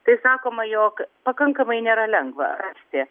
tai sakoma jog pakankamai nėra lengva rasti